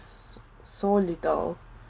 so little